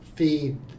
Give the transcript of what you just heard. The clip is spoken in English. feed